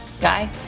Guy